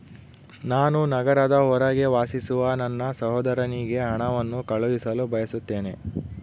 ನಾನು ನಗರದ ಹೊರಗೆ ವಾಸಿಸುವ ನನ್ನ ಸಹೋದರನಿಗೆ ಹಣವನ್ನು ಕಳುಹಿಸಲು ಬಯಸುತ್ತೇನೆ